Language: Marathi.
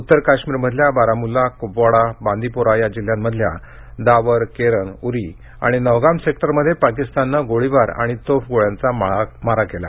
उत्तर काश्मीरमधल्या बारामुल्ला कुपवाडा बांदिपोरा या जिल्ह्यांमधल्या दावर केरन उरी आणि नौगाम सेक्टरमध्ये पाकिस्ताननं गोळीबार आणि तोफगोळ्यांचा मारा केला